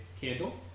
candle